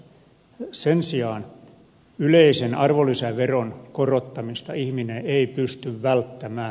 sen sijaan yleisen arvonlisäveron korottamista ihminen ei pysty välttämään